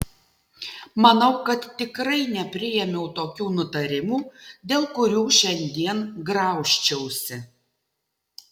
manau kad tikrai nepriėmiau tokių nutarimų dėl kurių šiandien graužčiausi